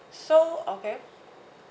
so okay